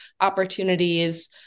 opportunities